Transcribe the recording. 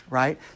right